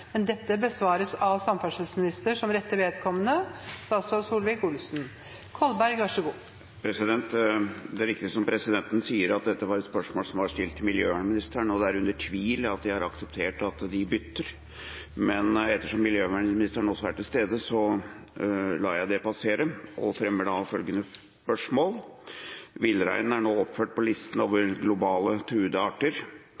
riktig som presidenten sier, at dette var et spørsmål som var stilt miljøvernministeren, og det er under tvil at jeg har akseptert at de bytter. Men ettersom miljøvernministeren også er til stede, lar jeg det passere og fremmer da følgende spørsmål: «Villrein er nå oppført på listen